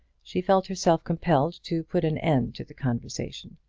she felt herself compelled to put an end to the conversation.